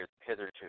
hitherto